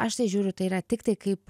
aš tai žiūriu tai yra tiktai kaip